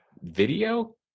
video